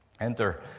Enter